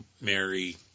Mary